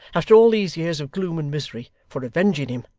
after all these years of gloom and misery, for avenging him,